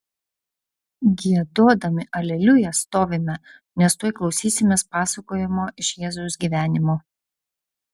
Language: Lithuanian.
giedodami aleliuja stovime nes tuoj klausysimės pasakojimo iš jėzaus gyvenimo